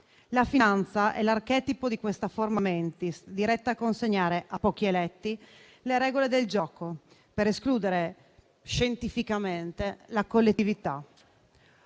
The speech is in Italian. La finanza è l'archetipo di questa *forma mentis*, diretta a consegnare a pochi eletti le regole del gioco, per escludere scientificamente la collettività.